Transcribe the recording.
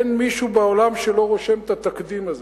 אין מישהו בעולם שלא רושם את התקדים הזה,